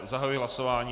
Zahajuji hlasování.